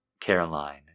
Caroline